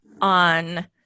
on